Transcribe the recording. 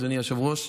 אדוני היושב-ראש.